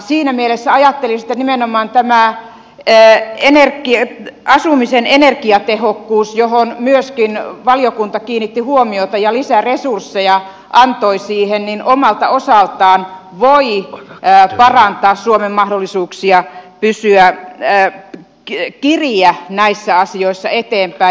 siinä mielessä ajattelisin että nimenomaan tämä asumisen energiatehokkuus johon myöskin valiokunta kiinnitti huomiota ja antoi lisäresursseja voi omalta osaltaan parantaa suomen mahdollisuuksia kiriä näissä asioissa eteenpäin